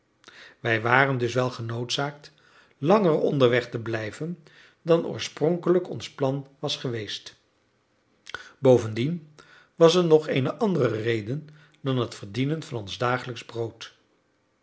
wij waren dus wel genoodzaakt langer onderweg te blijven dan oorspronkelijk ons plan was geweest bovendien was er nog eene andere reden dan het verdienen van ons dagelijksch brood